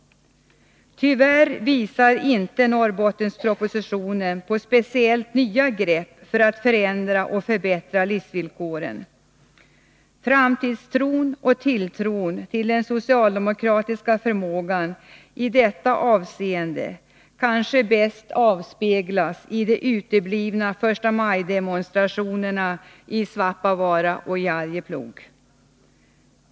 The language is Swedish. Tyvärr visar inte Norrbottenspropositionen på speciellt nya grepp för att förändra och förbättra livsvillkoren. Framtidstron och tilltron till den socialdemokratiska förmågan i detta avseende kanske bäst avspeglas i de uteblivna förstamajdemonstrationerna i Svappavaara och i Arjeplog.